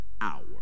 hour